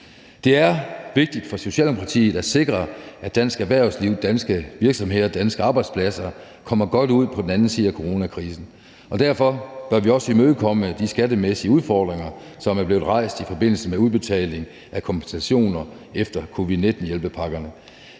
Det er vigtigt for Socialdemokratiet at sikre, at dansk erhvervsliv, danske virksomheder og danske arbejdspladser kommer godt ud på den anden side af coronakrisen, og derfor bør vi også imødekomme de skattemæssige udfordringer, som er blevet rejst i forbindelse med udbetaling af kompensationer efter covid-19-hjælpepakkerne.